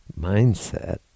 mindset